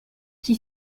qui